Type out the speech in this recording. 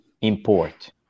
import